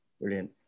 Brilliant